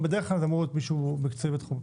בדרך כלל זה אמור להיות מישהו מקצועי בתחום.